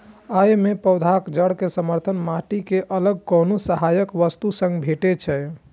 अय मे पौधाक जड़ कें समर्थन माटि सं अलग कोनो सहायक वस्तु सं भेटै छै